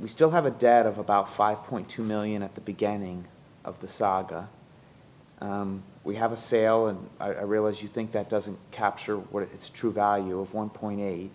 we still have a debt of about five point two million at the beginning of the saga we have a sale and i realize you think that doesn't capture what it's true value of one point eight